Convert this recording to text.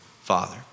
father